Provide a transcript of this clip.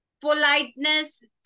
politeness